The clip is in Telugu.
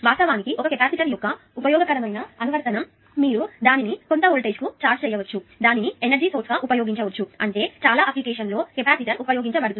వాస్తవానికి ఇది ఒక కెపాసిటర్ యొక్క ఉపయోగకరమైన అనువర్తనం మీరు దానిని కొంత వోల్టేజ్కు ఛార్జ్ చేయవచ్చు మరియు దానిని ఎనర్జీ సోర్స్ గా ఉపయోగించవచ్చు అంటే చాలా అప్లికేషన్ లో కెపాసిటర్ ఉపయోగించబడుతుంది